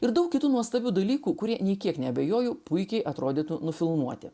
ir daug kitų nuostabių dalykų kurie nė kiek neabejoju puikiai atrodytų nufilmuoti